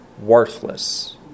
worthless